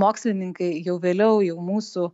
mokslininkai jau vėliau jau mūsų